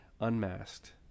unmasked